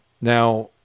now